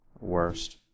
Worst